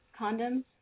Condoms